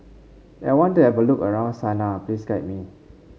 I want to have a look around Sanaa please guide me